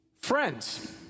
friends